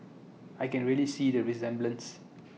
I can really see the resemblance